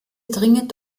dringend